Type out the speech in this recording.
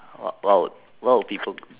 what what would what would people